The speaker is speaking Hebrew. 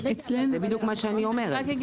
זה בדיוק מה שאני אומרת.